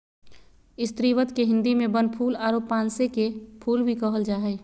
स्रीवत के हिंदी में बनफूल आरो पांसे के फुल भी कहल जा हइ